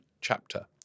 chapter